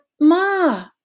Ma